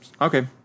Okay